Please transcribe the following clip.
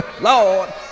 Lord